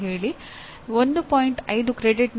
TALE ಎಂಬ ಪಠ್ಯಕ್ರಮದಲ್ಲಿ ಯಾರು ಆಸಕ್ತಿ ಹೊಂದಿರುತ್ತಾರೆ